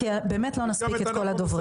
כי באמת לא נספיק את כל הדוברים.